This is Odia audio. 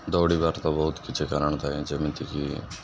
ଦୌଡ଼ିବାର ତ ବହୁତ କିଛି କାରଣ ଥାଏ ଯେମିତିକି